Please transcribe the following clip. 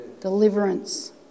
Deliverance